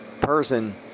person